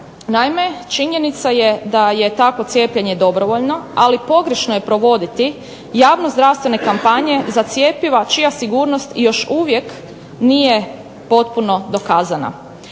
Naime, činjenica je da je takvo cijepljenje dobrovoljno ali pogrešno je provoditi javno zdravstvene kampanje za cjepiva čija sigurnost još uvijek nije potpuno dokazana.